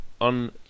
on